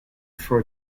for